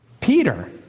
Peter